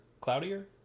cloudier